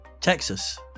Texas